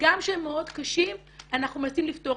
וגם כשהם מאוד קשים אנחנו מנסים לפתור.